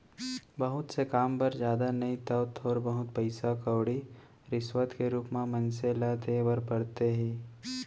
बहुत से काम बर जादा नइ तव थोर बहुत पइसा कउड़ी रिस्वत के रुप म मनसे ल देय बर परथे ही